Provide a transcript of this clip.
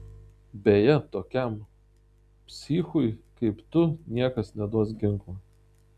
beje tokiam psichui kaip tu niekas neduos ginklo